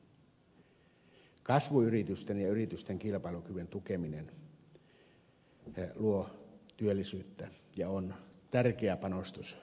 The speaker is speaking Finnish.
kasvuyritysten ja yritysten kilpailukyvyn tukeminen luo työllisyyttä ja on tärkeä panostus tulevaisuuteen